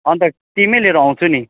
अन्त टिमै लिएर आउँछु नि